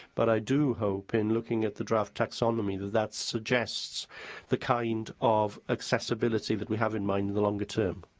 but, i do hope, in looking at the draft taxonomy, that that suggests the kind of accessibility that we have in mind in the longer term.